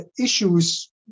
issues